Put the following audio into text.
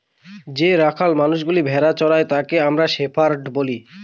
যে রাখাল মানষ ভেড়া চোরাই তাকে আমরা শেপার্ড বলি